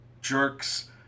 jerks